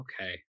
Okay